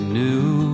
new